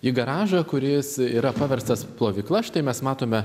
į garažą kuris yra paverstas plovykla štai mes matome